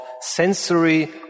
sensory